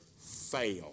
fail